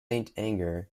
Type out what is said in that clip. anger